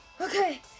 okay